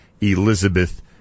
Elizabeth